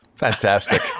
Fantastic